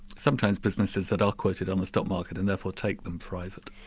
sometimes businesses that are quoted on the stock market, and therefore take them private.